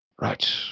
Right